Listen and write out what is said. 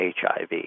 HIV